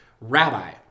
rabbi